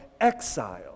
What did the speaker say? exile